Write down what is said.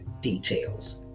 details